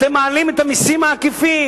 אתם מעלים את המסים העקיפים.